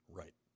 right